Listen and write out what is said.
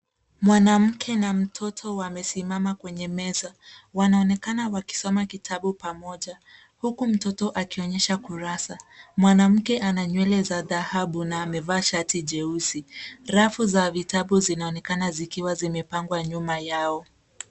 Mwanamke na mtoto wamesimama kwenye meza. Wanaonekana wakisoma kitabu pamoja, huku mtoto akionyesha kurasa. Mwanamke ana nywele za dhahabu na amevaa shati jeusi. Rafu za vitabu zinaonekana zikiwa zimepangwa nyuma yao.